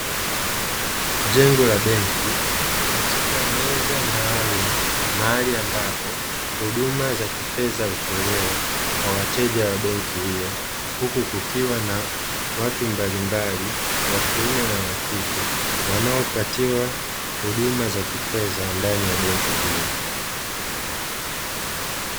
Jengo la benki katika meza maalumu, mahali ambapo huduma za kifedha hutolewa kwa wateja wa benki hiyo huku kukiwa na watu mbalimbali wa kiume na wa kike wanaopatiwa huduma za kifedha ndani za benki hiyo.